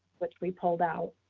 which we pulled out.